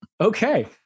Okay